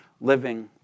living